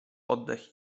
oddech